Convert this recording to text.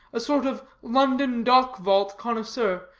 a sort of london-dock-vault connoisseur,